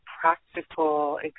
practical